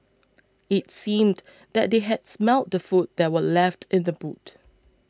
it seemed that they had smelt the food that were left in the boot